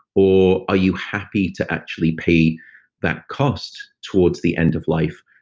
or are you happy to actually pay that cost towards the end of life,